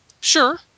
Sure